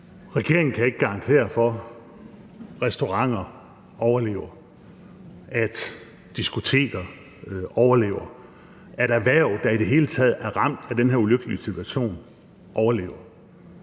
Regeringen kan ikke garantere for, at restauranter overlever; at diskoteker overlever; at erhverv, der i det hele taget er ramt af den her ulykkelige situation, overlever.